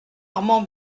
armand